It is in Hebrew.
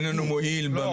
לא,